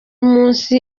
umunsi